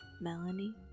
Melanie